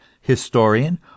historian